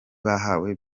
bahawe